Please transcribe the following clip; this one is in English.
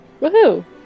Woohoo